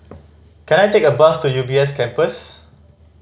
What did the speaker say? can I take a bus to U B S Campus